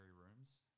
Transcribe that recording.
rooms